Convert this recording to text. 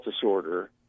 disorder